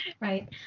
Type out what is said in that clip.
Right